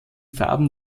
farben